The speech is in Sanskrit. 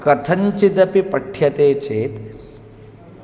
कथञ्चिदपि पठ्यते चेत्